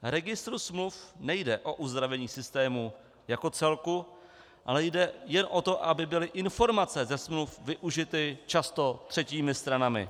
V registru smluv nejde o uzdravení systému jako celku, ale jde jen o to, aby byly informace ze smluv využity často třetími stranami.